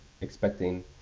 expecting